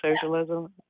socialism